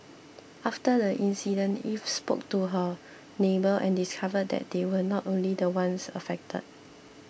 after the incident Eve spoke to her neighbour and discovered that they were not the only ones affected